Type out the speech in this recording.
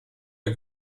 der